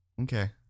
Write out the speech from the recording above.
Okay